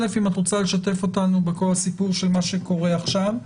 אלף אם את רוצה לשתף אותנו בכל הסיפור של מה שקורה עכשיו,